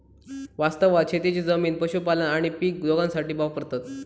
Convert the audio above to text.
वास्तवात शेतीची जमीन पशुपालन आणि पीक दोघांसाठी वापरतत